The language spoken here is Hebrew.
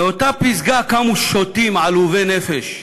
מאותה פסגה קמו שוטים עלובי נפש,